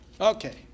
Okay